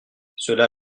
cela